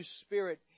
spirit